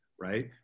right